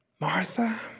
Martha